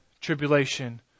tribulation